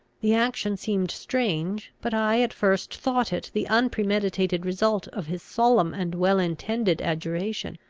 the action seemed strange but i at first thought it the unpremeditated result of his solemn and well-intended adjuration.